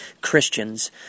Christians